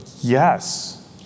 yes